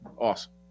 Awesome